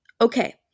Okay